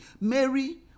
Mary